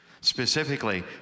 specifically